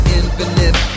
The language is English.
infinite